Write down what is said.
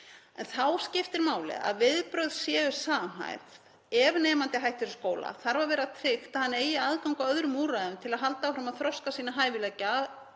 En þá skiptir máli að viðbrögð séu samhæfð. Ef nemandi hættir í skóla þarf að vera tryggt að hann eigi aðgang að öðrum úrræðum til að halda áfram að þroska sína hæfileika,